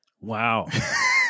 Wow